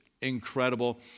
incredible